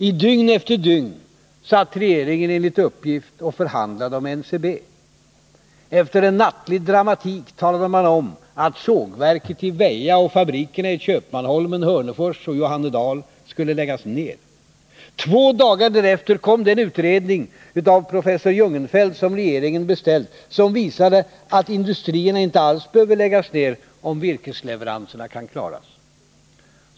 I dygn efter dygn satt regeringen, enligt uppgift, och förhandlade om NCB. Efter en nattlig dramatik talade man om att sågverket i Väja och fabrikerna i Köpmanholmen, Hörnefors och Johannedal skulle läggas ned. Två dagar därefter kom den utredning av professor Jungenfelt, som regeringen beställt, som visade att industrierna inte alls behöver läggas ned om virkesleveranserna kan klaras.